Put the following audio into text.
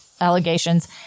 allegations